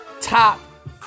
top